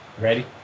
Ready